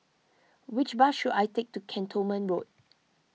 which bus should I take to Cantonment Road